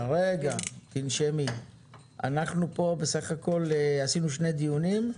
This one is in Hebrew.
אנחנו פה בסך הכל עשינו שני דיונים,